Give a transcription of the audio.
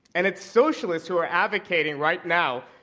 and it's socialists who are advocating, right now,